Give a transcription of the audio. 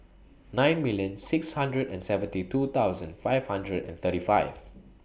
nine million six hundred and seventy two thousand five hundred and thirty five